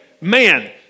man